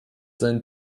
seinen